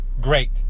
great